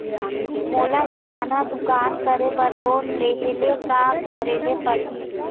मोला किराना दुकान करे बर लोन लेहेले का करेले पड़ही?